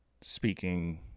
speaking